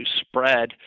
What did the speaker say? spread